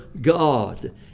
God